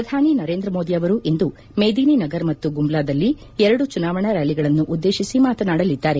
ಪ್ರಧಾನಿ ನರೇಂದ್ರ ಮೋದಿ ಅವರು ಇಂದು ಮೇದಿನಿ ನಗರ್ ಮತ್ತು ಗುಮ್ಲಾದಲ್ಲಿ ಎರಡು ಚುನಾವಣಾ ರ್ಕಾಲಿಗಳನ್ನು ಉದ್ದೇಶಿಸಿ ಮಾತನಾಡಲಿದ್ದಾರೆ